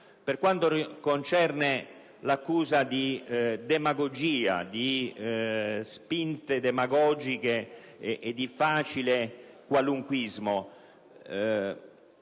del giorno - l'accusa di demagogia, di spinte demagogiche e di facile qualunquismo,